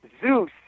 Zeus